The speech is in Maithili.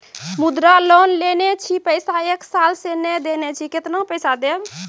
मुद्रा लोन लेने छी पैसा एक साल से ने देने छी केतना पैसा देब?